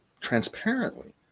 transparently